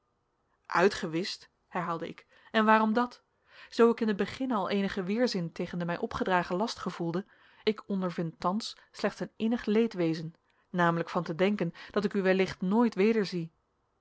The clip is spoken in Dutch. uitgewischt herhaalde ik en waarom dat zoo ik in den beginne al eenigen weerzin tegen den mij opgedragen last gevoelde ik ondervind thans slechts een innig leedwezen namelijk van te denken dat ik u wellicht nooit wederzie